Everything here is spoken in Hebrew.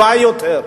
טובה יותר?